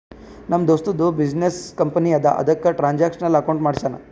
ನಮ್ ದೋಸ್ತದು business company ಅದಾ ಅದುಕ್ಕ ಟ್ರಾನ್ಸ್ಅಕ್ಷನಲ್ ಅಕೌಂಟ್ ಮಾಡ್ಸ್ಯಾನ್